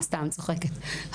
סתם, צוחקת...